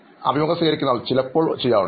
അഭിമുഖം സ്വീകരിക്കുന്നയാൾ ചിലപ്പോൾ ചെയ്യാറുണ്ട്